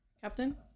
Captain